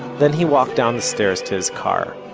then he walked down the stairs, to his car.